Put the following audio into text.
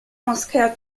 moschea